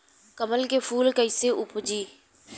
कमल के फूल कईसे उपजी?